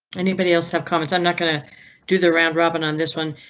anybody else have comments? i'm not going to do the round robin on this one.